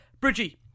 Bridgie